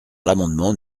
l’amendement